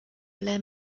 ble